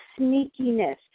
sneakiness